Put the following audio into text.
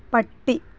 പട്ടി